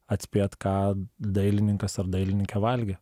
atspėt ką dailininkas ar dailininkė valgė